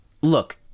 look